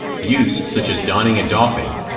use such as donning and doffing,